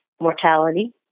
mortality